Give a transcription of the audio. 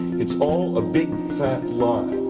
it is all a big fat lie!